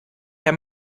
herr